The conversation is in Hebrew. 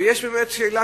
ויש כאלה